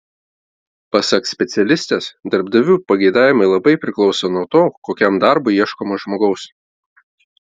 pasak specialistės darbdavių pageidavimai labai priklauso nuo to kokiam darbui ieškoma žmogaus